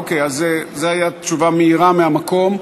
אוקיי, אז זו הייתה תשובה מהירה מהמקום.